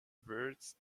words